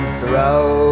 throw